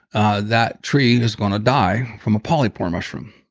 ah, that tree is going to die from a polypore mushroom.